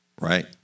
Right